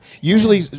Usually